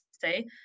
say